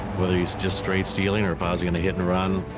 whether he's just straight stealing or if i was going to hit and run.